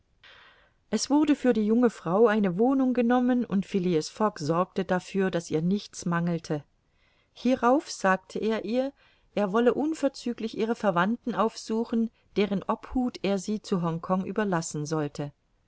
es wurde für die junge frau eine wohnung genommen und phileas fogg sorgte dafür daß ihr nichts mangelte hierauf sagte er ihr er wolle unverzüglich ihre verwandten aufsuchen deren obhut er sie zu hongkong überlassen sollte